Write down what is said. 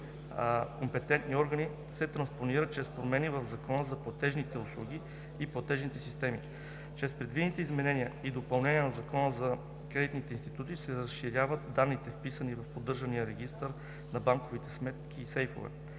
компетентни органи се транспонира чрез промени в Закона за платежните услуги и платежните системи. Чрез предвидените изменения и допълнения на Закона за кредитните институции се разширяват данните, вписвани в поддържания регистър на банковите сметки и сейфове.